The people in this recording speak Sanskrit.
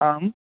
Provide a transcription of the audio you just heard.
आम्